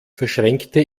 verschränkte